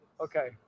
Okay